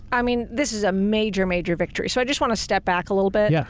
i mean, this is a major, major victory. so i just want to step back a little bit. yeah